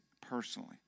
personally